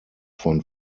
von